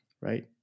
right